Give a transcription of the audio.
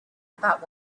about